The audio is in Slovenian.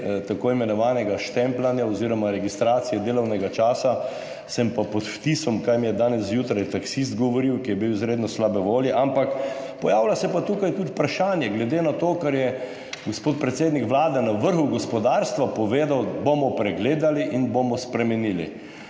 tako imenovanega štempljanja oziroma registracije delovnega časa, sem pa pod vtisom [tega], kar mi je danes zjutraj govoril taksist, ki je bil izredno slabe volje. Pojavlja se pa tukaj tudi vprašanje glede na to, kar je gospod predsednik Vlade na vrhu gospodarstva povedal: bomo pregledali in bomo spremenili.